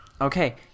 Okay